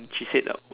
she said